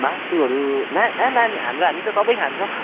मासुहरू हामी त सबै खान्छौँ